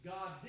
God